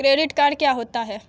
Credit card क्या होता है?